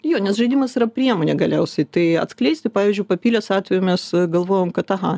jo nes žaidimas yra priemonė galiausiai tai atskleisti pavyzdžiui papilės atveju mes galvojom kad aha